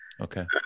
Okay